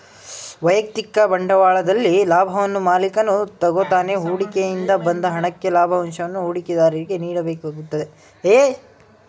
ವೈಯಕ್ತಿಕ ಬಂಡವಾಳದಲ್ಲಿ ಲಾಭವನ್ನು ಮಾಲಿಕನು ತಗೋತಾನೆ ಹೂಡಿಕೆ ಇಂದ ಬಂದ ಹಣಕ್ಕೆ ಲಾಭಂಶವನ್ನು ಹೂಡಿಕೆದಾರರಿಗೆ ನೀಡಬೇಕಾಗುತ್ತದೆ